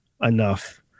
enough